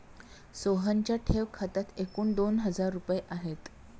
सोहनच्या ठेव खात्यात एकूण दोन हजार रुपये आहेत